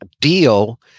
deal